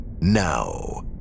Now